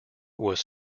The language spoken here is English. was